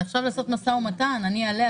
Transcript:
עכשיו לעשות משא ומתן: אני אעלה,